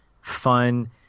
fun